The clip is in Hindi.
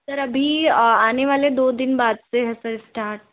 सर अभी आने वाले दो दिन बाद से है सर इस्टार्ट